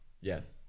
Yes